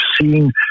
seen